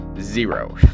zero